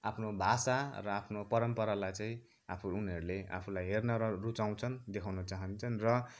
आफ्नो भाषा र आफ्नो परम्परालाई चाहिँ आफु उनीहरूरले आफुलाई हेर्न रूचाउँछन् देखाउन चाहन्छन् र